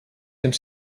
cents